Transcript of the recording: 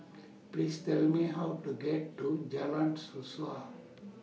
Please Tell Me How to get to Jalan Suasa